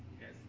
Yes